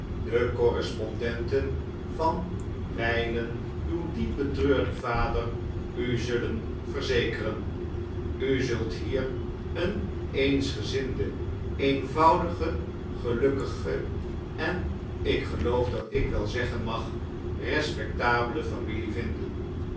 de correspondenten van wijlen uw diepbetreurden vader u zullen verzekeren u zult hier een eensgezinde eenvoudige gelukkige en ik geloof dat ik wel zeggen mag respectabele familie vinden